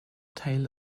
tail